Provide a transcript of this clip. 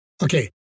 Okay